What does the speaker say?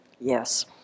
yes